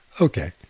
Okay